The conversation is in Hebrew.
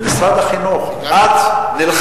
לגבי משרד החינוך: את נלחמת,